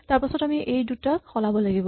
তাৰপাছত আমি এই দুটাক সলাব লাগিব